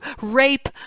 rape